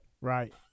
Right